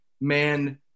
man